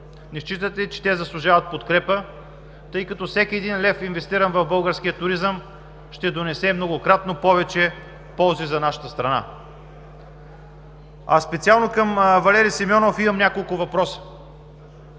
не считат ли, че те заслужават подкрепа, тъй като всеки един лев, инвестиран в българския туризъм, ще донесе многократно повече ползи на нашата страна? Специално към Валери Симеонов имам няколко въпроса: